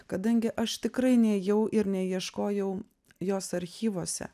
kadangi aš tikrai neėjau ir neieškojau jos archyvuose